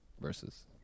versus